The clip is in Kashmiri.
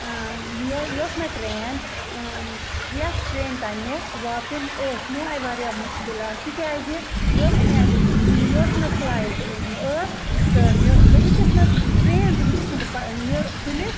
یۄس مےٚ ٹرٛین یَتھ ٹرٛین تام مےٚ واتُن اوس مےٚ آیہِ واریاہ مُشکِلات تِکیٛازِ یۄس مےٚ یۄس مےٚ فٕلایٹ ٲس تہٕ مےٚ بہٕ ہیٚچٕس نہٕ ٹرٛین تہِ ہیٚچٕس نہٕ بہٕ یہِ تُلِتھ